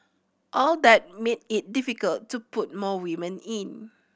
all that made it difficult to put more women in